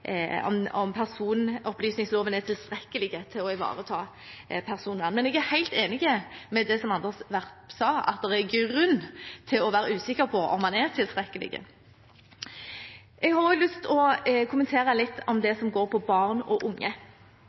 tilstrekkelig til å ivareta personvern. Jeg er helt enig i det som Anders B. Werp sa, at det er grunn til å være usikker på om den er tilstrekkelig. Jeg har også lyst til å kommentere litt det som går på barn og unge.